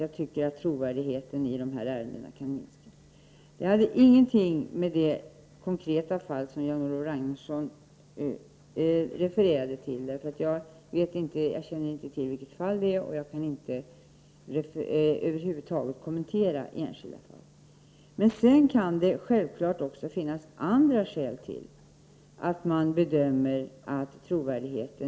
Men det tycker jag inte riktigt framgick av det som Jan-Olof Ragnarsson refererade när det gäller nämnda tidskrift. Jag upprepar att vi självfallet är intresserade av att få del av de kunskaper som ni kan ha om de fall som skulle ha berört Sverige. Det gäller då personer som tidigare har varit i Sverige. Sedan vill jag, för att undvika missförstånd, säga följande till Jan-Olof Ragnarsson. Jag har inte påstått att det är konstigt att uppgifter om tortyrskador kommer fram i ett sent skede, utan jag försökte egentligen bara beskriva att det här kunde vara ett skäl att börja fundera över detta med trovärdigheten.